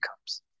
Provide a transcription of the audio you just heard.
comes